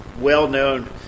well-known